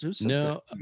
No